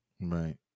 Right